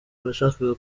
bashakaga